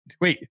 Wait